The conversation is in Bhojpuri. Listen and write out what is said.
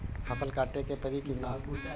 फसल काटे के परी कि न?